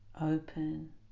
open